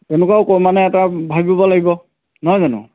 তেনেকুৱাও কৰি মানে এটা ভাবিব লাগিব নহয় জানো